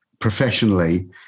professionally